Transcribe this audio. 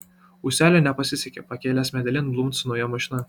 ūseliui nepasisekė pakelės medelin bumbt su nauja mašina